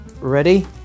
ready